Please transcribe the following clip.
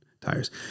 tires